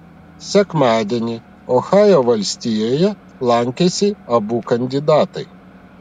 sekmadienį ohajo valstijoje lankėsi abu kandidatai